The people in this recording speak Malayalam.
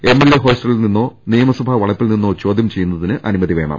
എംഎൽഎ ഹോസ്റ്റലിൽ നിന്നോ നിയമസഭാ വളപ്പിൽ നിന്നോ ചോദൃം ചെയ്യുന്നതിന് അനുമതി വേണം